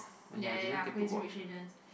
ya ya ya Crazy Rich Asians